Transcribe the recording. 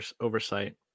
oversight